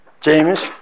James